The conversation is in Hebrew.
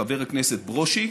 חבר הכנסת ברושי,